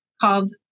called